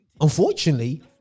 unfortunately